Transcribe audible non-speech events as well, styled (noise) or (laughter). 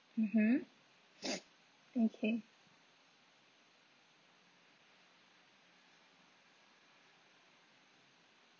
mmhmm (noise) okay